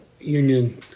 union